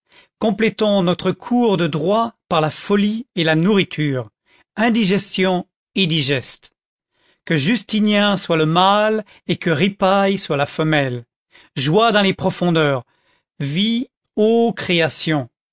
complétons notre cours de droit par la folie et la nourriture indigestion et digeste que justinien soit le mâle et que ripaille soit la femelle joie dans les profondeurs vis ô création